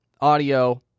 audio